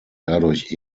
dadurch